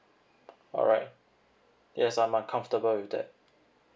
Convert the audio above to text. alright yes I'm uh comfortable with that